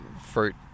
fruit